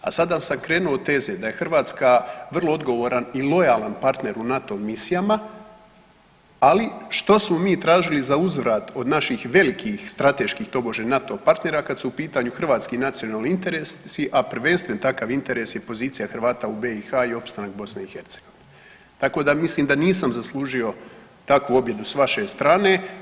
A sada sam krenuo od teze da je Hrvatska vrlo odgovoran i lojalan partner u NATO misijama, ali što smo mi tražili za uzvrat od naših velikih strateških tobože NATO partnera kada su u pitanju hrvatski nacionalni interesa, a prvenstven takav interes je pozicija Hrvata u BiH i opstanak BiH, tako da mislim da nisam zaslužio takvu objedu s vaše strane.